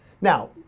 Now